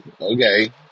okay